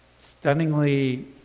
stunningly